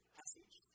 passage